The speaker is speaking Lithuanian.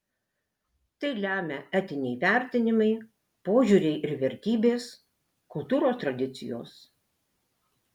tai lemia etiniai vertinimai požiūriai ir vertybės kultūros tradicijos